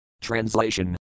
TRANSLATION